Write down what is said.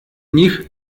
них